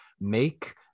make